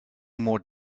more